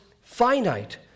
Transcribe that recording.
finite